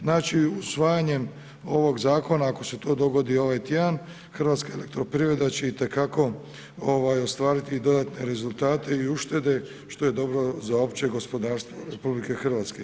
Znači, usvajanjem ovog Zakona ako se to dogodi ovaj tjedan, HEP će itekako ostvariti i dodatne rezultate i uštede što je dobro za opće gospodarstvo RH.